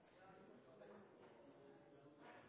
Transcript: Det er ingen